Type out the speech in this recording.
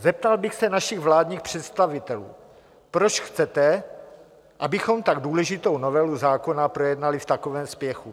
Zeptal bych se našich vládních představitelů: Proč chcete, abychom tak důležitou novelu zákona projednali v takovém spěchu?